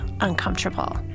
uncomfortable